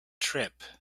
trip